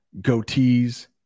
goatees